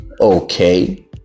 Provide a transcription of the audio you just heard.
okay